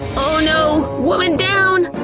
oh no! woman down!